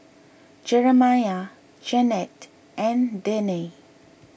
Jeramiah Jennette and Danae